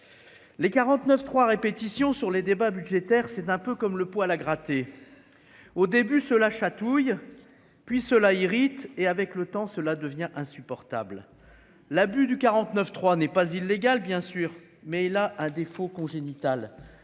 les 49 3 répétition sur les débats budgétaires, c'est un peu comme le poil à gratter au début cela chatouille puis cela irrite et avec le temps cela devient insupportable, l'abus du 49 3 n'est pas illégal, bien sûr, mais là à défaut congénital,